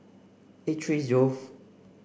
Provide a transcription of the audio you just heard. eight three zeroth